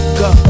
go